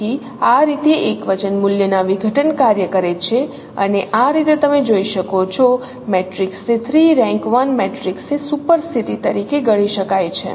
તેથી આ રીતે એકવચન મૂલ્ય ના વિઘટન કાર્ય કરે છે અને આ રીતે તમે જોઈ શકો છો મેટ્રિક્સને 3 રેન્ક 1 મેટ્રિસીસની સુપર સ્થિતિ તરીકે ગણી શકાય છે